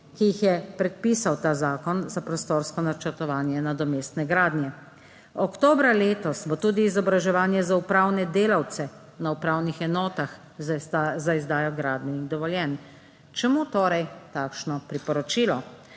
ki jih je predpisal ta zakon za prostorsko načrtovanje nadomestne gradnje. Oktobra letos bo tudi izobraževanje za upravne delavce na upravnih enotah za izdajo gradbenih dovoljenj. Čemu torej takšno priporočilo?